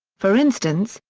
for instance,